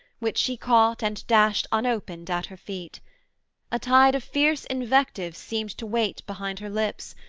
which she caught, and dashed unopened at her feet a tide of fierce invective seemed to wait behind her lips,